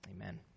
Amen